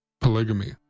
polygamy